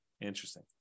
interesting